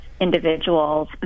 individuals